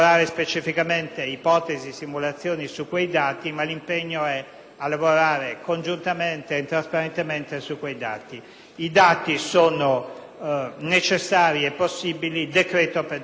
di lavorare congiuntamente e in modo trasparente sugli stessi. I dati sono necessari e possibili decreto per decreto. Non è neanche richiesto dalla Costituzione